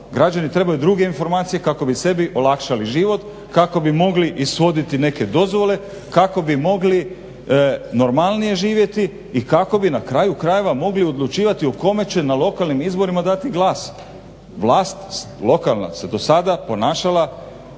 Građani trebaju druge informacije kako bi sebi olakšali život, kako bi mogli ishoditi neke dozvole, kako bi mogli normalnije živjeti i kako bi na kraju krajeva mogli odlučivati kome će na lokalnim izborima dati glas. Vlast lokalna se do sada ponašala